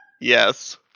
Yes